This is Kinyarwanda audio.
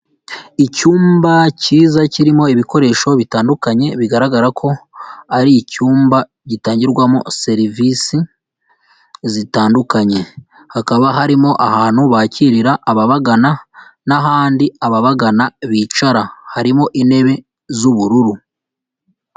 Icyumba cyiza kirimo ibikoresho bitandukanye bigaragara ko ari icyumba gitangirwamo serivisi zitandukanye, hakaba harimo ahantu bakirira ababagana n'ahandi ababagana bicara harimo intebe z'ubururu.